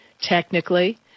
technically